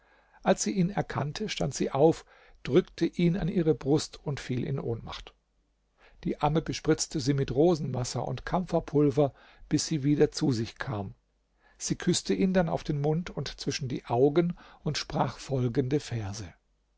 als sie ihn erkannte stand sie auf drückte ihn an ihre brust und fiel in ohnmacht die amme bespritzte sie mit rosenwasser und kampferpulver bis sie wieder zu sich kam sie küßte ihn dann auf den mund und zwischen die augen und sprach folgende verse